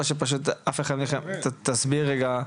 תסביר רגע.